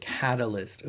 catalyst